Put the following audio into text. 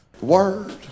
Word